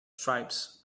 stripes